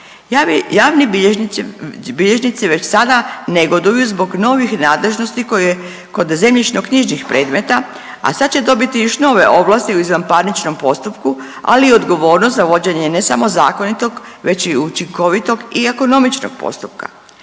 Javni bilježnici već sada negoduju zbog novih nadležnosti koje kod zemljišno knjižnih predmeta, a sad će dobiti još nove ovlasti u izvanparničnom postupku, ali odgovornost za vođenje ne samo zakonitog već i učinkovitog i ekonomičnog postupka.